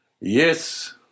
Yes